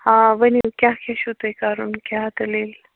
ہاں ؤنِو کیٛاہ کیٛاہ چھُو تۄہہِ کَرُن کیٛاہ دٔلیٖل